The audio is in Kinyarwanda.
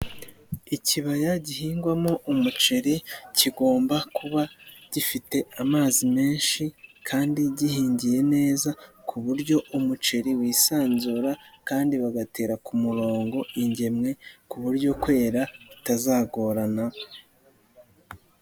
Ikibaya gihingwamo umuceri, kigomba kuba gifite amazi menshi kandi gihingiye neza ku buryo umuceri wisanzura kandi bagatera ku murongo ingemwe ku buryo kwera bitazagorana.